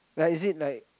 like is it like